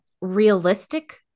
realistic